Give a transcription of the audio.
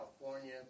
California